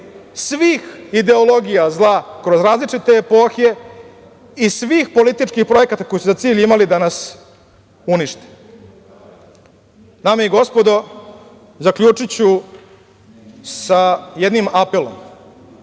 svih ideologija zla, kroz različite epohe, i svih političkih projekata koji su za cilj imali da nas unište. Dame i gospodo, zaključiću sa jednim apelom.